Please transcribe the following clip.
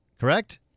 correct